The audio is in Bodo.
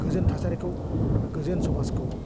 गोजोन थासारिखौ बा गोजोन समाजखौ